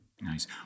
Nice